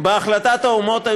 בהחלטת האומות המאוחדות,